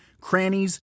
crannies